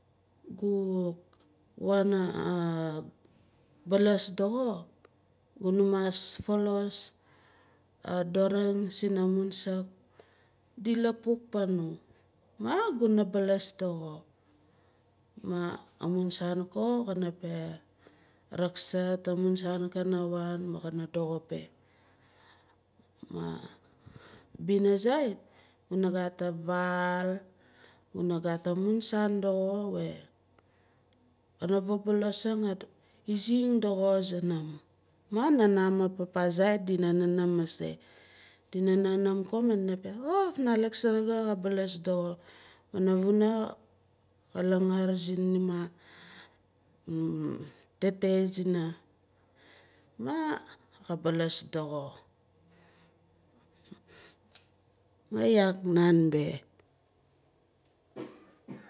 Gu waana baalas doxo guna mas faalas a doring sinamun saak di lapuk fanong maah guna baalas doxo. Amun saan ko kana peh rakzart amun saan kana waan maah kana doxo beh. Maah abina zait kuna gat avaal guna gat amun saan doxo weh kana fabolosing aizing doxo sunum mah nana maah papa dina nanaam mase dina namaan ko maah dina piaat oh afnalak surugu ka baalas doxo panavuna ka langaar zinima tete zi- na maah ka baalas doxo maah yaak nan beh.